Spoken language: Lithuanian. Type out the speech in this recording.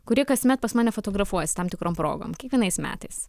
kurie kasmet pas mane fotografuojasi tam tikrom progom kiekvienais metais